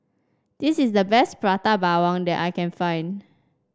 this is the best Prata Bawang that I can find